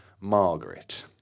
Margaret